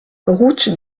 route